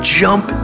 jump